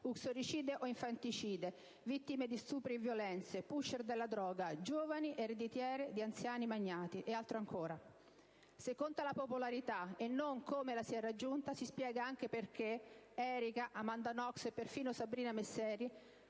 uxoricide o infanticide, vittime di stupri e violenze, *pusher* della droga, giovani ereditiere di anziani magnati; e altro ancora. Se conta la popolarità e non come la si è raggiunta si spiega anche perché Erika, Amanda Knox e perfino Sabrina Misseri,